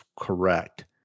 correct